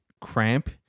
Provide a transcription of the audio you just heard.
cramp